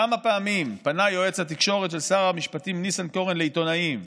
כמה פעמים פנה יועץ התקשורת של שר המשפטים ניסנקורן לעיתונים,